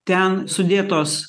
ten sudėtos